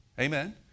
Amen